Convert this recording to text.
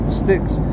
sticks